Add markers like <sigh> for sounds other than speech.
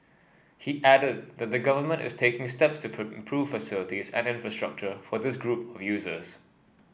he added that the Government is taking steps to <unintelligible> improve facilities and infrastructure for this group of users